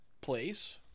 place